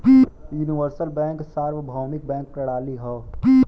universal bank सार्वभौमिक bank प्रणाली हौ